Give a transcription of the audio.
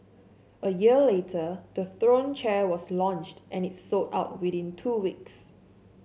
a year later the Throne chair was launched and it sold out within two weeks